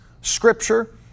scripture